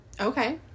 okay